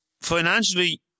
financially